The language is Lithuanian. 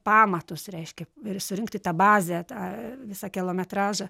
pamatus reiškia ir surinkti tą bazę tą visą kilometražą